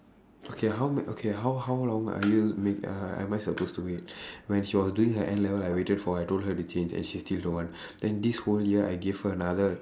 okay how okay how how long are you wait am I supposed to wait when she was doing her N level I waited for her I told her to change and she still don't want then this whole year I gave her another